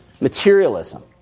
materialism